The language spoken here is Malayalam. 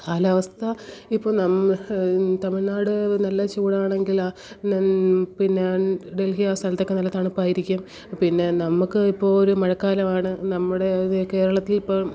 കാലാവസ്ഥ ഇപ്പോൾ നാം തമിഴ്നാട് നല്ല ചൂടാണെങ്കിൽ പിന്നെ ഡൽഹി ആ സ്ഥലത്തൊക്കെ നല്ല തണുപ്പായിരിക്കും പിന്നെ നമുക്ക് ഇപ്പോൾ ഒരു മഴക്കാലമാണ് നമ്മുടെ കേരളത്തിന് ഇപ്പം